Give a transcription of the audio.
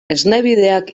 esnebideak